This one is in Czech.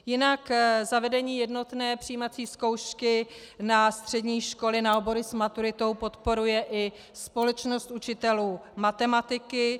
Jinak zavedení jednotné přijímací zkoušky na střední školy na obory s maturitou podporuje i Společnost učitelů matematiky.